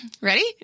Ready